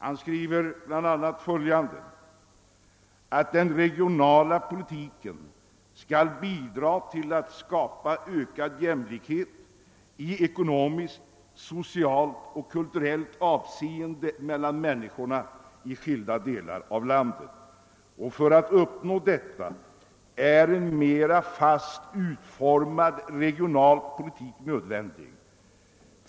Han skriver bl.a. att den regionala politiken skall bidra till att skapa ökad jämlikhet i ekonomiskt, socialt och kulturellt avsende melian människor i skilda delar av landet. För att uppnå detta är en mera fast utformad regional politik nödvändig.